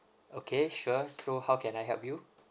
okay sure so how can I help you